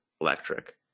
electric